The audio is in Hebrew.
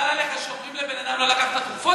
לא, מקובל עליך שאומרים לבן אדם "לא לקחת תרופות"?